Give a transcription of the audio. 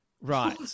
Right